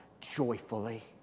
joyfully